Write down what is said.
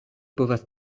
povas